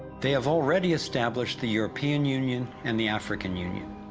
they have already established the european union and the african union.